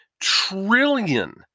trillion